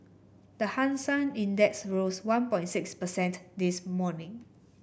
the Hang Seng Index rose one point six percent this morning